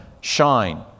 shine